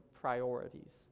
priorities